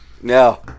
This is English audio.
no